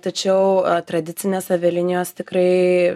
tačiau tradicinės avialinijos tikrai